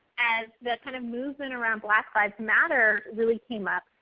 as the kind of movement around black live matter really came up,